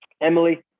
Emily